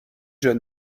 john